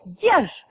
Yes